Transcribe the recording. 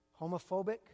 homophobic